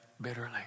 bitterly